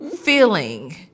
feeling